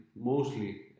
mostly